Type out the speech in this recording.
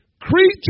Creature